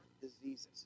diseases